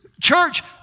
Church